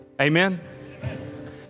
Amen